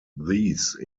these